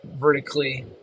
vertically